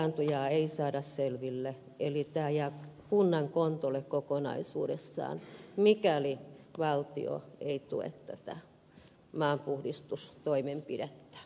pilaajaa ei saada selville eli tämä jää kunnan kontolle kokonaisuudessaan mikäli valtio ei tue tätä maanpuhdistustoimenpidettä